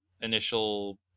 initial